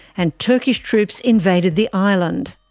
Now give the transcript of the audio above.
and turkish troops invaded the island.